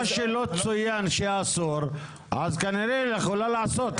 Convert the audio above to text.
מה שלא צוין שאסור, כנראה היא יכולה לעשות.